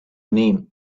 name